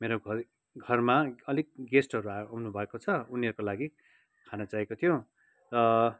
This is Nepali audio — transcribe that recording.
मेरो घरमा अलिक गेस्टहरू आउनुभएको छ उनीहरूको लागि खाना चाहिएको थियो